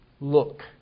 look